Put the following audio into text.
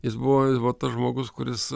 jis buvo va tas žmogus kuris